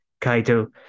Kaito